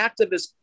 activist